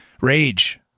rage